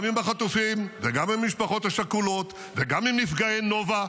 גם עם החטופים וגם עם משפחות השכולות וגם עם נפגעי נובה,